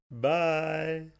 Bye